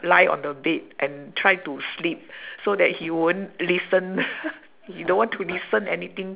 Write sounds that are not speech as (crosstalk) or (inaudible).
lie on the bed and try to sleep so that he won't listen (laughs) he don't want to listen anything